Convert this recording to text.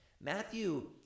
Matthew